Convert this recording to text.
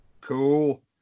Cool